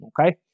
okay